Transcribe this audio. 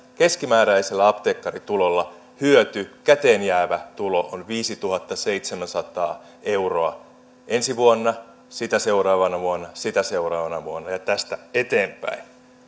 keskimääräisillä apteekkarin tuloilla hyöty käteenjäävä tulo on viisituhattaseitsemänsataa euroa ensi vuonna sitä seuraavana vuonna sitä seuraavana vuonna ja tästä eteenpäin